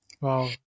Wow